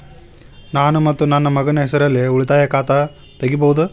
ನಾನು ಮತ್ತು ನನ್ನ ಮಗನ ಹೆಸರಲ್ಲೇ ಉಳಿತಾಯ ಖಾತ ತೆಗಿಬಹುದ?